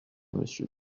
monsieur